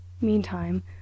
Meantime